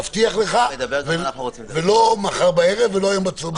מבטיח לך, ולא מחר בערב ולא היום בצוהריים.